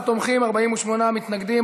14 תומכים, 48 מתנגדים.